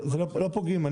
לא פוגעים.